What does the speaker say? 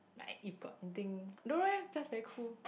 like if got anything no leh that's very cool